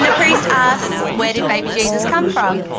us where did baby jesus come from?